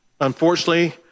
Unfortunately